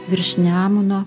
virš nemuno